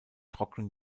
trocknen